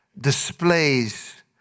displays